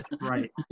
Right